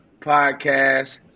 podcast